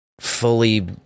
fully